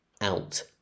out